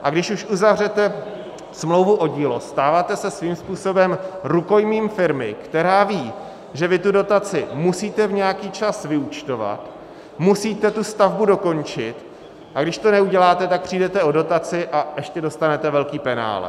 A když už uzavřete smlouvu o dílo, stáváte se svým způsobem rukojmím firmy, která ví, že vy tu dotaci musíte v nějaký čas vyúčtovat, musíte tu stavbu dokončit, a když to neuděláte, tak přijdete o dotaci a ještě dostanete velké penále.